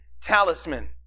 Talisman